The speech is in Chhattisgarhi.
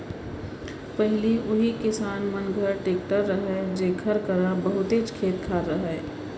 पहिली उही किसान मन घर टेक्टर रहय जेकर करा बहुतेच खेत खार रहय